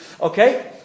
Okay